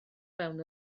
fewn